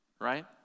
right